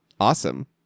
Awesome